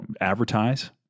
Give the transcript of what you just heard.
advertise